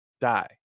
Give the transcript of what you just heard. die